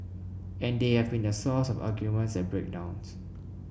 and they have been the source of arguments and break downs